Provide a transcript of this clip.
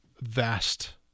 vast